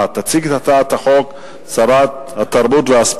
אני קובע שהצעת חוק התכנון והבנייה (תיקון מס'